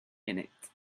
innit